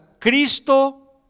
Cristo